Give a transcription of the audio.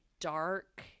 dark